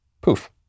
poof